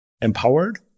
empowered